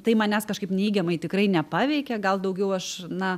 tai manęs kažkaip neigiamai tikrai nepaveikė gal daugiau aš na